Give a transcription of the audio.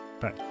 Bye